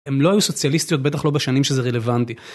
הן לא היו סוציאליסטיות, בטח לא בשנים שזה רלוונטי.